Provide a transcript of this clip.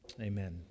Amen